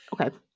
Okay